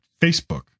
Facebook